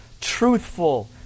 truthful